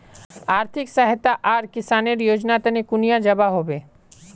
आर्थिक सहायता आर किसानेर योजना तने कुनियाँ जबा होबे?